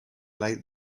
late